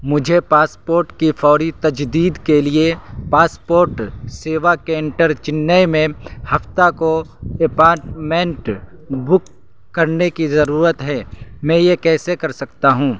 مجھے پاسپورٹ کی فوری تجدید کے لیے پاسپورٹ سیوا کینٹر چنئی میں ہفتہ کو اپاٹمنٹ بک کرنے کی ضرورت ہے میں یہ کیسے کر سکتا ہوں